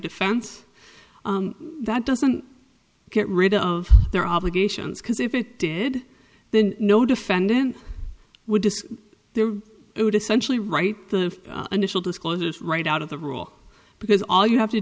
defense that doesn't get rid of their obligations because if it did then no defendant would discuss their century right the initial disclosures right out of the rule because all you have to